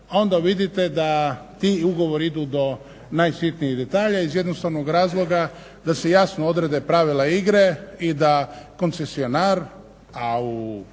onda vidite da ti ugovori idu do najsitnijih detalja iz jednostavnih razloga da se jasno odrede pravila igre i da koncesionar a u